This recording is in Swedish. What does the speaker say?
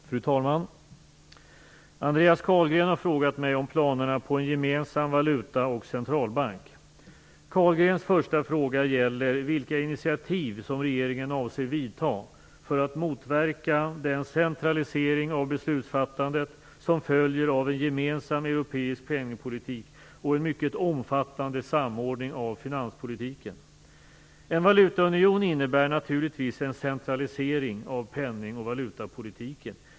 Fru talman! Andreas Carlgren har frågat mig om planerna på en gemensam valuta och centralbank. Carlgrens första fråga gäller vilka initiativ som regeringen avser vidta för att motverka den centralisering av beslutsfattandet som följer av en gemensam europeisk penningpolitik och en mycket omfattande samordning av finanspolitiken. En valutaunion innebär naturligtvis en centralisering av penning och valutapolitiken.